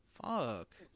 fuck